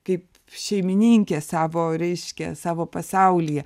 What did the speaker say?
kaip šeimininkė savo reiškia savo pasaulyje